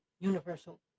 universal